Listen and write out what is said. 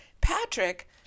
Patrick